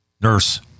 Nurse